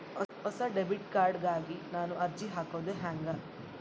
ಹೊಸ debit card ಗಾಗಿ ನಾನು ಅರ್ಜಿ ಹಾಕೊದು ಹೆಂಗ?